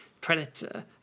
Predator